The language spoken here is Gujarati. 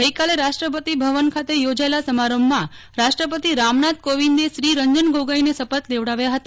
ગઇકાલેે રાષ્ટ્રપતિભવન ખાતે યોજાયેલા સમારંભમાં રાષ્ટ્રપતિ રામનાથ કોવિંદે શ્રી રંજન ગોગોઇને શપથ લેવડાવ્યા હતા